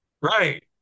Right